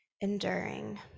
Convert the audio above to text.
enduring